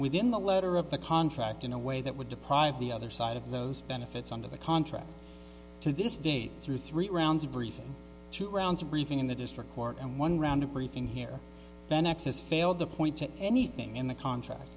within the letter of the contract in a way that would deprive the other side of those benefits under the contract to this date through three rounds of briefings two rounds of briefing in the district court and one round of briefing here then access failed to point to anything in the contract